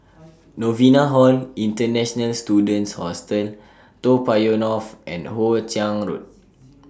Novena Hall International Students Hostel Toa Payoh North and Hoe Chiang Road